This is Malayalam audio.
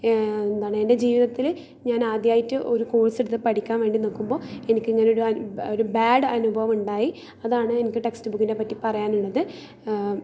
എന്താണ് എൻ്റെ ജീവിതത്തിൽ ഞാൻ ആദ്യമായിട്ട് ഒരു കോഴ്സെടുത്ത് പഠിക്കാൻ വേണ്ടി നിൽക്കുമ്പോൾ എനിക്ക് ഇങ്ങനെയൊരു ഒരു ബാഡ് അനുഭവം ഉണ്ടായി അതാണ് എനിക്ക് ടെക്സ്റ്റ് ബുക്കിനെ പറ്റി പറയാനുള്ളത്